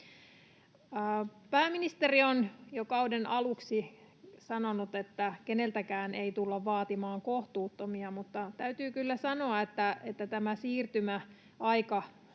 Pääministeri on jo kauden aluksi sanonut, että keneltäkään ei tulla vaatimaan kohtuuttomia, mutta täytyy kyllä sanoa, että tämä siirtymäaika,